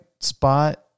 spot